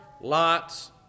Lot's